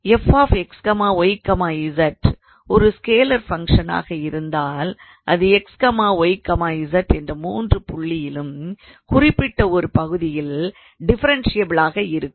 𝑓𝑥 𝑦 𝑧 ஒரு ஸ்கேலார் ஃபங்க்ஷனாக இருந்தால் அது x y z என்ற 3 புள்ளியிலும் குறிப்பிட்ட ஒரு பகுதியில் டிஃபரன்ஷியபில்லாக இருக்கும்